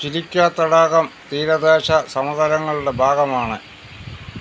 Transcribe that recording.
ചിൽക്ക തടാകം തീരദേശ സമതലങ്ങളുടെ ഭാഗമാണ്